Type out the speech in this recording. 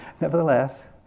nevertheless